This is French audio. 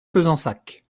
fezensac